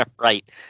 right